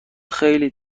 خیلی